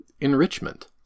enrichment